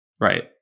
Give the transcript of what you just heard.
Right